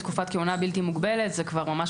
מצד שני תקופת כהונה בלתי מוגבלת זה כבר ממש